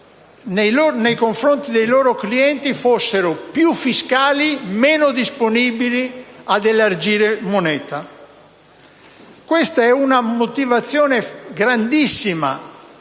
nei confronti dei loro clienti fossero più fiscali e meno disponibili ad elargire moneta. Questa è una motivazione grandissima